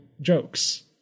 jokes